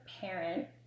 parent